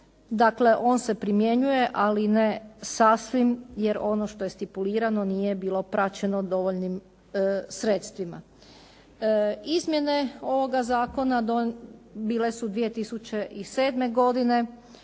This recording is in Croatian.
Dakle, on se primjenjuje ali ne sasvim jer ono što je stipulirano nije bilo praćeno dovoljnim sredstvima. Izmjene ovoga zakona bile su 2007. godine.